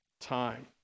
time